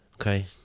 Okay